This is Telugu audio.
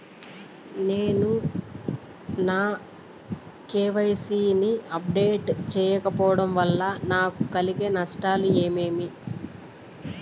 నేను నా కె.వై.సి ని అప్డేట్ సేయకపోవడం వల్ల నాకు కలిగే నష్టాలు ఏమేమీ?